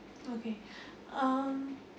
okay um